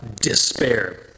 despair